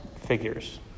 figures